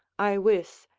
i wis,